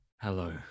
Hello